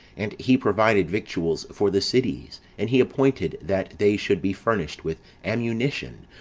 and he provided victuals for the cities, and he appointed that they should be furnished with ammunition,